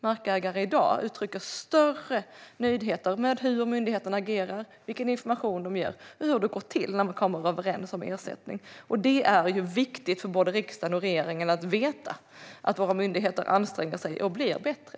Markägare uttrycker i dag större nöjdhet med hur myndigheten agerar, vilken information den ger och hur det går till när man kommer överens om ersättning. Det är viktigt för både riksdagen och regeringen att veta att våra myndigheter anstränger sig och blir bättre.